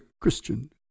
Christian